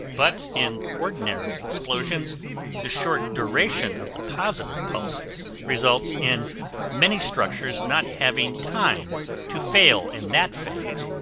but in ordinary explosions the short duration of the positive pulse results in many structures not having time to fail in that phase,